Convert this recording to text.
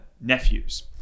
nephews